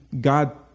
God